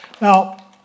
Now